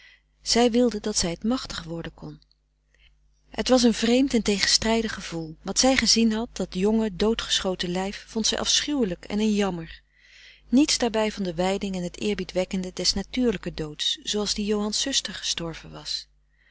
zij wilde dat zij het machtig worden kon het was een vreemd en tegenstrijdig gevoel wat zij gezien had dat jonge doodgeschoten lijf vond zij afschuwelijk en een jammer niets daarbij van de wijding en het eerbied wekkende des natuurlijken doods zooals die johan's zuster gestorven was